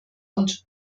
und